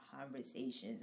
Conversations